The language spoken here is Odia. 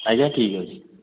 ଆଜ୍ଞା ଠିକ୍ ଅଛି